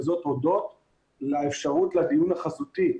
וזאת הודות לאפשרות לדיון החזותי.